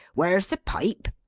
where's the pipe?